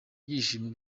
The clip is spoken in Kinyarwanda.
byishimo